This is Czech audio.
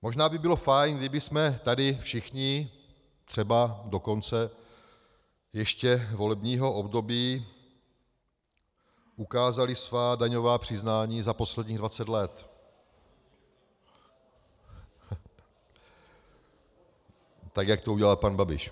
Možná by bylo fajn, kdybychom tady všichni třeba do konce ještě volebního období ukázali svá daňová přiznání za posledních dvacet let, tak jak to udělal pan Babiš.